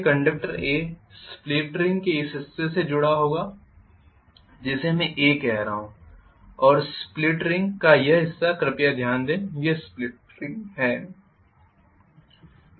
इसलिए conductor A split ring के इस हिस्से से जुड़ा होगा जिसे मैं A कह रहा हूं और स्प्लिट रिंग का यह हिस्सा कृपया ध्यान दें कि यह स्प्लिट रिंग है